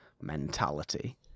mentality